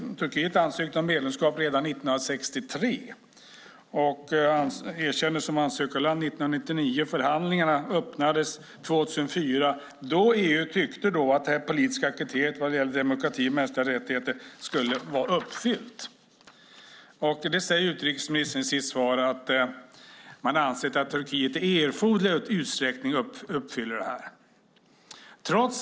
Turkiet ansökte om medlemskap redan 1963 och erkändes som ansökarland 1999. Förhandlingarna öppnades 2004 då EU tyckte att det politiska kriteriet vad gällde demokrati och mänskliga rättigheter skulle vara uppfyllt. Utrikesministern sade i sitt svar att man ansett att Turkiet i erforderlig utsträckning uppfyllt det här.